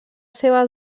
seva